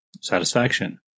satisfaction